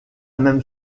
même